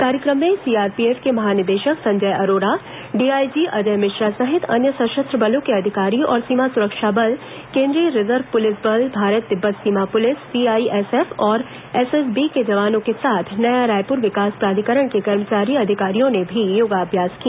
कार्यक्रम में सीआरपीएफ के महानिरीक्षक संजय अरोरा डीआईजी अजय मिश्रा सहित अन्य सशस्त्र बलों के अधिकारी और सीमा सुरक्षा बल केन्द्रीय रिजर्व पुलिस बल भारत तिब्बत सीमा पुलिस सीआईएसएफ और एसएसबी के जवानों के साथ नया रायपुर विकास प्राधिकरण के कर्मचारी अधिकारियों ने भी योगाभ्यास किया